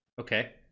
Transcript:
okay